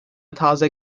taze